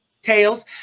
Tails